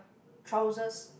trousers